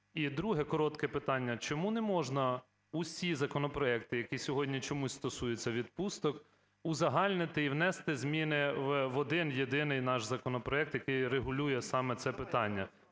І друге коротке питання: чому не можна всі законопроекти, які сьогодні чомусь стосуються відпусток, узагальнити і внести зміни в один-єдиний наш законопроект, який регулює саме це питання,